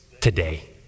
Today